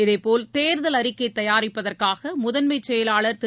இதேபோல் தேர்தல் அறிக்கை தயாரிப்பதற்காக முதன்மைச் செயலாளர் திரு